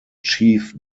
chief